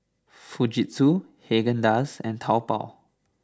Fujitsu Haagen Dazs and Taobao